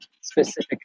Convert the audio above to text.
specific